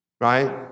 Right